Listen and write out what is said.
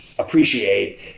appreciate